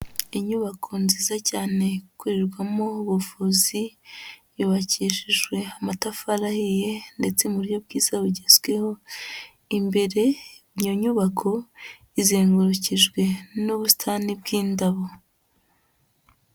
Inyubako nziza cyane ikorerwamo ubuvuzi, yubakishijwe amatafari ahiye ndetse mu buryo bwiza bugezweho, imbere iyo nyubako izengurukijwe n'ubusitani bw'indabo.